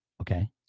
Okay